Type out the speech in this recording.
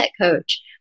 coach